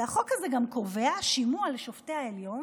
והחוק הזה גם קובע שימוע לשופטי העליון